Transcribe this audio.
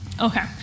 Okay